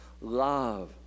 Love